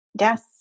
Yes